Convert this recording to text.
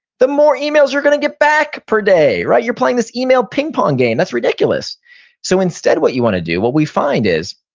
the more emails you're going to get back per day. you're playing this email ping pong game. that's ridiculous so instead what you want to do, what we find is,